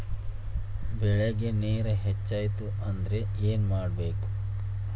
ಬೆಳೇಗ್ ನೇರ ಹೆಚ್ಚಾಯ್ತು ಅಂದ್ರೆ ಏನು ಮಾಡಬೇಕು?